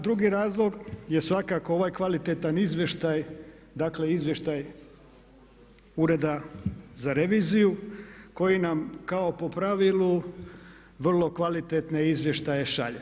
Drugi razlog je svakako ovaj kvalitetan izvještaj, dakle izvještaj Ureda za reviziju koji nam kao po pravilu vrlo kvalitetne izvještaje šalje.